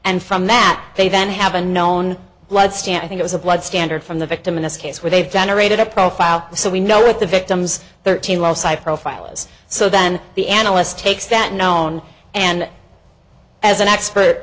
and from that they then have a known blood stand i think it was a blood standard from the victim in this case where they've generated a profile so we know at the victim's thirteen profiles so then the analyst takes that known and as an expert